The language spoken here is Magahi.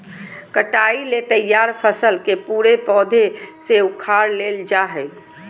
कटाई ले तैयार फसल के पूरे पौधा से उखाड़ लेल जाय हइ